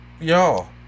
Y'all